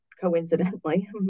coincidentally